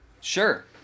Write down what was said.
sure